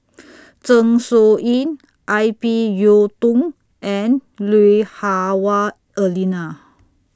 Zeng Shouyin Ip Yiu Tung and Lui Hah Wah Elena